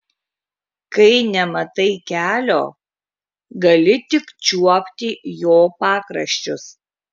kai nematai kelio gali tik čiuopti jo pakraščius